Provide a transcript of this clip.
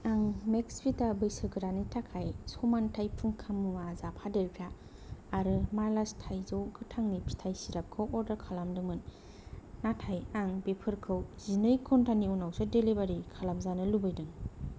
आं मेक्सविदा बैसोगोरानि थाखाय समानथाइ फुंखा मुवा जाफादेरग्रा आरो मालास थाइजौ गोथांनि फिथाइ सिरपखौ अर्डार खालामदोंमोन नाथाय आं बेफोरखौ जिनै घन्टानि उनावसो डेलिबारि खालामजानो लुबैदों